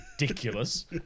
ridiculous